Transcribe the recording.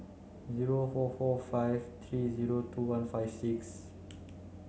zero four four five three zero two one five six